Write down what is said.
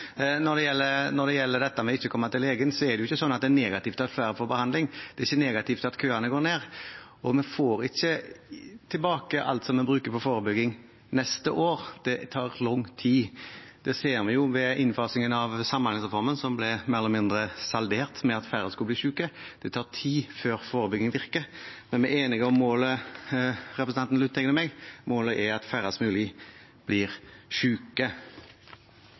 Når det gjelder dette med ikke å komme til legen, er det ikke negativt at flere får behandling, det er ikke negativt at køene går ned, og vi får ikke tilbake alt vi bruker på forebygging, neste år – det tar lang tid. Det ser vi jo med innfasingen av samhandlingsreformen, som ble mer eller mindre saldert med at færre skulle bli syke. Det tar tid før forebygging virker. Men vi er enige om målet, representanten Lundteigen og jeg: Målet er at færrest mulig blir